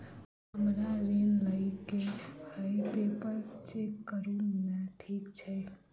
हमरा ऋण लई केँ हय पेपर चेक करू नै ठीक छई?